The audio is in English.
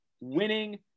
winning